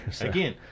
Again